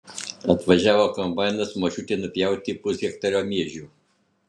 atvažiavo kombainas močiutei nupjauti pushektario miežių